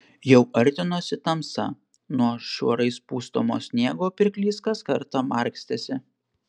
jau artinosi tamsa nuo šuorais pustomo sniego pirklys kas kartą markstėsi